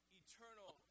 eternal